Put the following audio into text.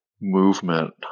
movement